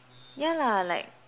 yeah lah like